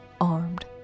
armed